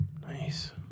Nice